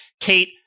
Kate